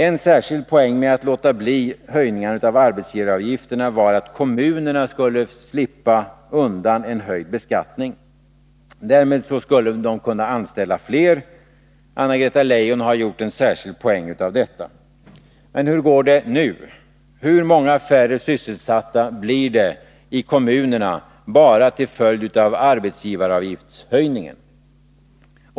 Ett tungt skäl för att man skulle låta bli höjningar av arbetsgivaravgifterna var att kommunerna skulle slippa undan en höjd beskattning. Därmed skulle de kunna anställa fler. Anna-Greta Leijon har gjort en särskild poäng av detta. Hur går det nu? Hur många färre sysselsatta blir det i kommunerna bara till följd av arbetsgivaravgiftshöjningen?